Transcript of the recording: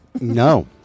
No